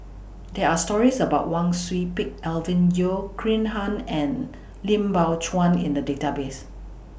There Are stories about Wang Sui Pick Alvin Yeo Khirn Hai and Lim Biow Chuan in The Database